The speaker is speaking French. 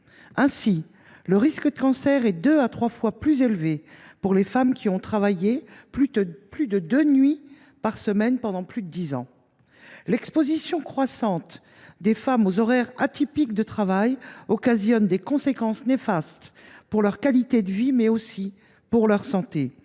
Ainsi, le risque de cancer est deux à trois fois plus élevé pour les femmes qui ont travaillé plus de deux nuits par semaine pendant plus de dix ans. L’exposition croissante des femmes aux horaires atypiques de travail entraîne des conséquences néfastes pour leur qualité de vie, mais aussi pour leur santé.